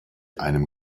einem